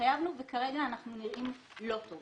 התחייבנו וכרגע אנחנו נראים לא טוב